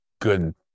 good